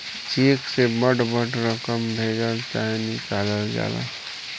check से बड़ बड़ रकम भेजल चाहे निकालल जाला